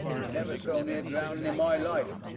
never so near drowning in my life.